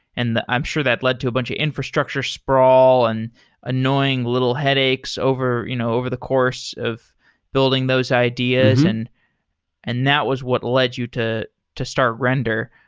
and i'm sure that led to a bunch of infrastructure sprawl and annoying little headaches over you know over the course of building those ideas. and and that was what led you to to start render.